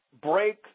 break